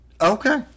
Okay